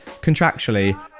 contractually